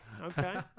Okay